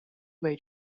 way